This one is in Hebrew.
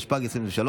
התשפ"ג 2023,